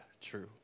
true